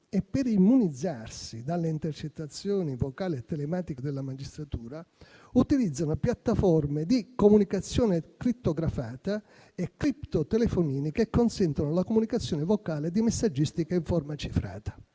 e per immunizzarsi dalle intercettazioni vocali e telematiche della magistratura, utilizzano piattaforme di comunicazione crittografata e criptotelefonini che consentono la comunicazione vocale di messaggistica in forma cifrata.